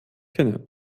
kenne